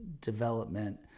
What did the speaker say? development